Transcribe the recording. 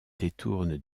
détourne